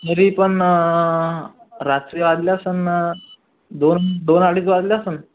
तरी पण रात्री वाजले असंन दोन दोन अडीच वाजले असंन